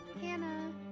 Hannah